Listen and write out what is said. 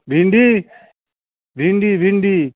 भिन्डी भिन्डी भिन्डी